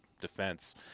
defense